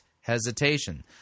hesitation